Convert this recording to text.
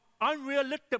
unrealistic